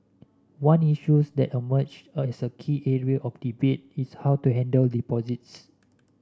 one issues that emerged as a key area of debate is how to handle deposits